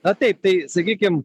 na taip tai sakykim